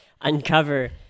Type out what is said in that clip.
uncover